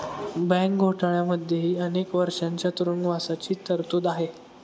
bank घोटाळ्यांमध्येही अनेक वर्षांच्या तुरुंगवासाची तरतूद आहे